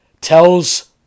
tells